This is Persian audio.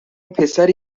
پسری